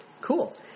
Cool